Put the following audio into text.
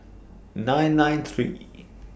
nine nine three